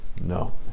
No